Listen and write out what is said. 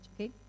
okay